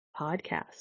podcast